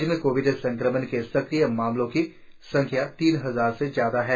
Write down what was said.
राज्य में कोविड संक्रमण के सक्रिय मामलों की संख्या तीन हजार से ज्यादा है